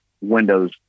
Windows